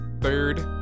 third